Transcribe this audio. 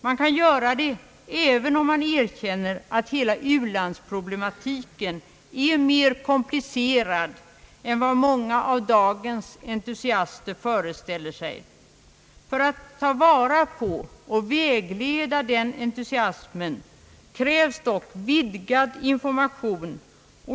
Man kan göra det även om man erkänner att hela u-landsproblematiken är mer komplicerad än vad många av dagens entusiaster föreställer sig. För att ta vara på och vägleda den entusiasmen krävs vidgad information.